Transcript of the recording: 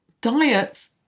diets